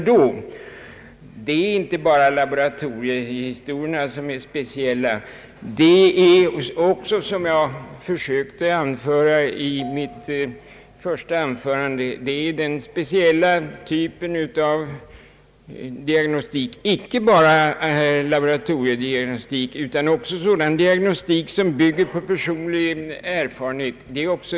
Därför är inte bara laboratoriediagnostiken betydelsefull utan också, vilket jag försökte framhålla i mitt första anförande, förutom denna speciella typ av diagnostik även den diagnostik som bygger på personlig erfarenhet.